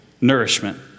nourishment